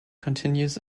continues